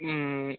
ହୁଁ